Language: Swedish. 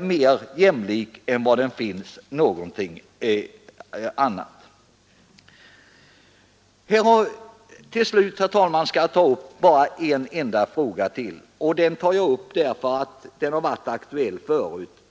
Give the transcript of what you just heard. mera jämlik i vårt land än någon annanstans. Till slut, herr talman, skall jag ta upp bara en enda fråga till, en fråga som har varit aktuell förut.